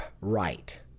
right